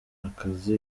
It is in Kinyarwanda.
akazi